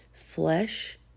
flesh